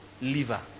liver